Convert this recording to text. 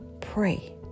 pray